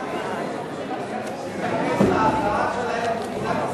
שר האוצר שאלה.